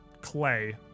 clay